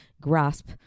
grasp